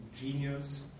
genius